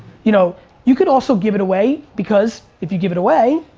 you know you could also give it away, because if you give it away,